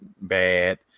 bad